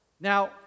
Now